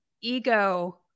ego